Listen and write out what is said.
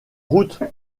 route